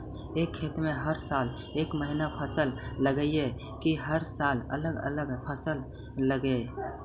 एक खेत में हर साल एक महिना फसल लगगियै कि हर साल अलग अलग फसल लगियै?